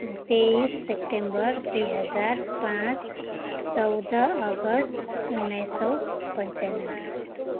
तेइस सेप्टेम्बर दुई हजार पाँच चौध अगस्ट उन्नाइस सौ पन्चान्नब्बे